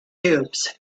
cubes